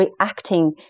reacting